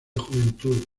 juventud